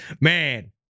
Man